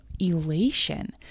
elation